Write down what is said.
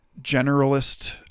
generalist